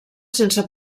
sense